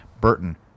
Burton